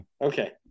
okay